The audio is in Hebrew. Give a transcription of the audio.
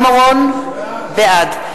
תודה.